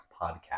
podcast